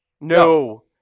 No